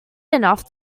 enough